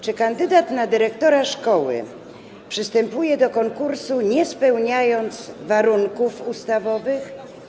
Czy kandydat na dyrektora szkoły przystępuje do konkursu, nie spełniając warunków ustawowych?